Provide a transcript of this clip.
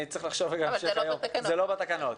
זה לא בתקנות.